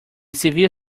severe